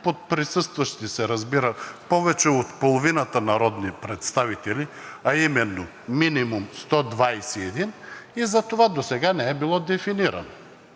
под „присъстващи“ се разбира повече от половината народни представители, а именно минимум 121, затова досега не е било дефинирано.